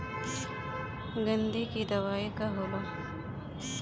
गंधी के दवाई का होला?